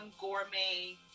gourmet